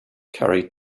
carried